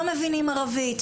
לא מבינים ערבית,